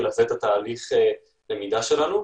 לאפשר את תהליך הלמידה שלנו.